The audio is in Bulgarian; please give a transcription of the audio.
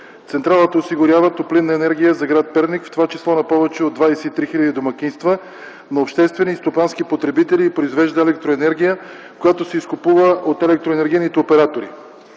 Централата осигурява топлинна енергия за гр. Перник, в това число на повече от 23 хиляди домакинства, на обществени и стопански потребители и произвежда електроенергия, която се изкупува от електроенергийните оператори.